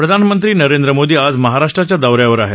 प्रधानमंत्री नरेंद्र मोदी आज महाराष्ट्राच्या दौऱ्यावर आहेत